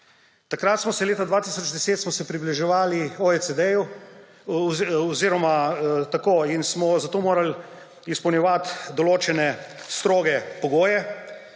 Takrat smo se, leta 2010 smo se približevali OECD in smo zato morali izpolnjevati določene stroge pogoje.